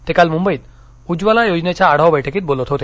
ते काल मुंबईत उज्ज्वला योजनेच्या आढावा बैठकीत बोलत होते